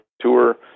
Tour